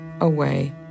away